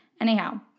Anyhow